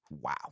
Wow